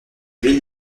ville